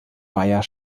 beyer